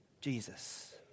Jesus